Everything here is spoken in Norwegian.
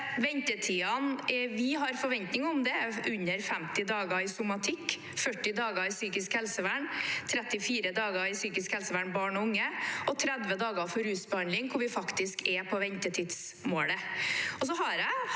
om, er under 50 dager i somatikk, 40 dager i psykisk helsevern for voksne, 35 dager i psykisk helsevern for barn og unge og 30 dager for rusbehandling, hvor vi faktisk er på ventetidsmålet.